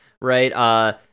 right